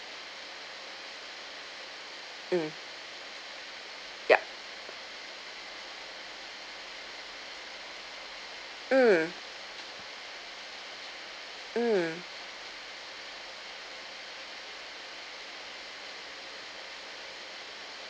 mm yup mm mm